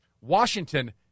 Washington